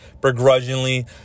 Begrudgingly